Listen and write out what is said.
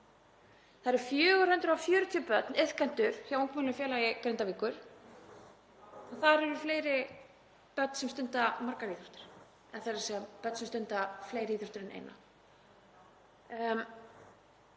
Það eru 440 börn iðkendur hjá Ungmennafélagi Grindavíkur. Þar eru fleiri börn sem stunda margar íþróttir, þ.e. börn sem stunda fleiri íþróttir en eina.